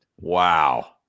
Wow